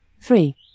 Three